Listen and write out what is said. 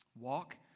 Walk